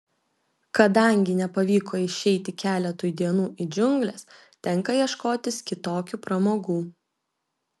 kadangi nepavyko išeiti keletui dienų į džiungles tenka ieškotis kitokių pramogų